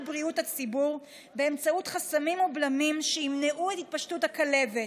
בריאות הציבור באמצעות חסמים ובלמים שימנעו את התפשטות הכלבת.